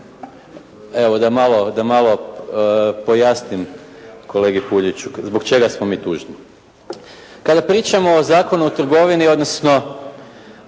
Evo da malo pojasnim kolegi Puljiću zbog čega smo mi tužni. Kada pričamo o Zakonu o trgovini, odnosno